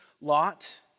Lot